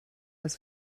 das